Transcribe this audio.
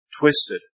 twisted